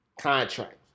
Contract